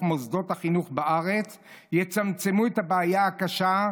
מוסדות החינוך בארץ יצמצמו את הבעיה הקשה,